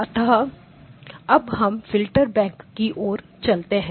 अतः अब हम फिल्टर बैंक की ओर चलते हैं